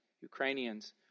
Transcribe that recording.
ukrainians